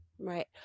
Right